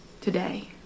today